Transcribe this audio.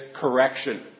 correction